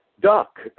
duck